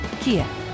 Kia